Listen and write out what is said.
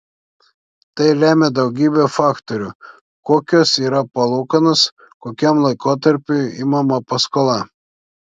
tai lemia daugybė faktorių kokios yra palūkanos kokiam laikotarpiui imama paskola